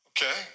Okay